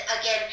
again